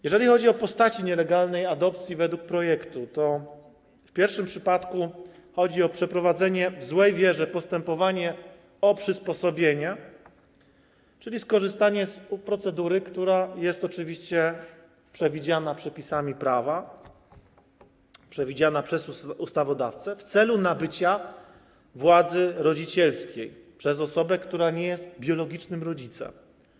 Jeżeli chodzi o postaci nielegalnej adopcji według projektu to w pierwszym przypadku chodzi o przeprowadzenie w złej wierze postępowania o przysposobienie, czyli skorzystania z procedury, która jest oczywiście przewidziana przepisami prawa, przewidziana przez ustawodawcę w celu nabycia władzy rodzicielskiej przez osobę, która nie jest biologicznym rodzicem.